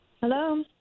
Hello